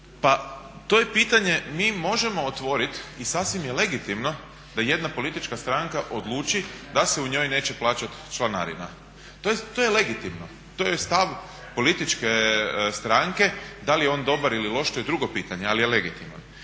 Pa to je pitanje, mi možemo otvoriti i sasvim je legitimno da jedna politička stranka odluči da se u njoj neće plaćati članarina. To je legitimno, to je stav političke stranke da li je on dobar ili loš to je drugo pitanje ali je legitiman.